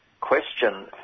question